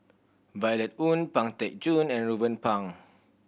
Violet Oon Pang Teck Joon and Ruben Pang